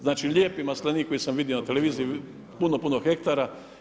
Znači, lijepi maslenik koji sam vidio na televiziji, puno, puno hektara.